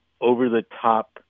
over-the-top